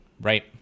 right